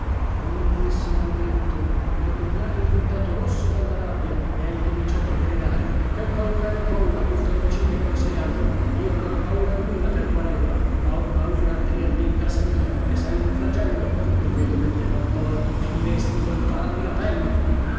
non l'avessi mai detto mio cognato è diventato rosso dalla rabbia e ha incominciato a gridare che paura e non paura brutto imbecille che non sei altro io non ho paura di nulla per tua regola ma ho paura a tenerti in casa mia perché sei un flagello e vedo che prima o poi finiresti col farmi la pelle